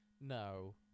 No